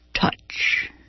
touch